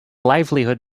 livelihood